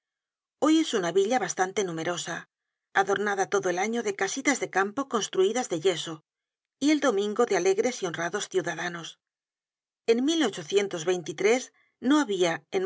hoy es una villa bastante numerosa adornada todo el año de casitas de campo construidas de yeso y el domingo de alegres y honrados ciudadanos en no habia